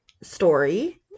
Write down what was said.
story